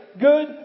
good